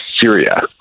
Syria